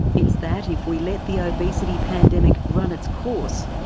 it's that if we let the obesity pandemic run its course,